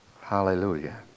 Hallelujah